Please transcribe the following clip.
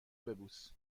ببوس